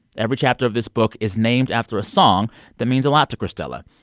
every chapter of this book is named after a song that means a lot to cristela,